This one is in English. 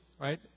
right